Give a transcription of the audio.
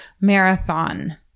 marathon